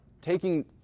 taking